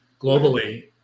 globally